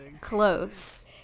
Close